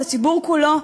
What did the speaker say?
את הציבור כולו,